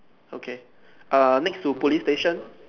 okay uh next to police station